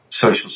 social